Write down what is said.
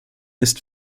ist